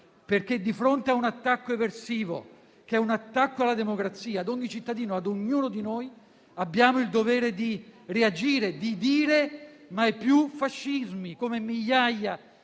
perché, di fronte a un attacco eversivo, che è un attacco alla democrazia, a ogni cittadino, a ognuno di noi, abbiamo il dovere di reagire, di dire "mai più fascismi", come migliaia